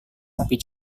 tapi